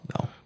No